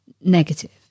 negative